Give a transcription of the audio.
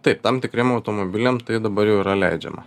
taip tam tikriem automobiliam tai dabar jau yra leidžiama